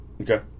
Okay